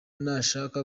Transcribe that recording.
nashaka